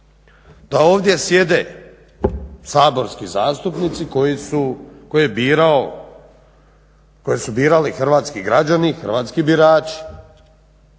Da ovdje sjede saborski zastupnici koje su birali hrvatski građani, hrvatski birači,